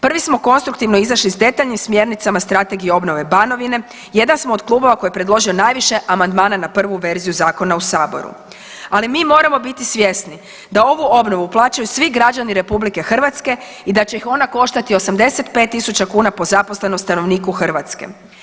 Prvi smo konstruktivno izašli s detaljnim smjernicama strategije obnove Banovine, jedan smo od klubova koji je predložio najviše amandmana na prvu verziju zakona u saboru, ali mi moramo biti svjesni da ovu obnovu plaćaju svi građani RH i da će ih ona koštati 85.000 kuna po zaposlenom stanovniku Hrvatske.